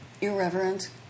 irreverent